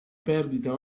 perdita